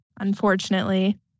unfortunately